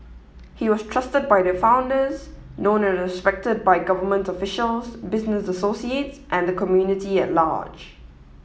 he was trusted by the founders known and respected by government officials business associates and the community at large